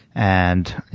and,